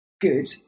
good